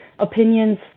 Opinions